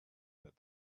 that